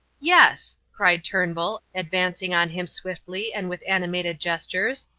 yes, cried turnbull, advancing on him swiftly and with animated gestures,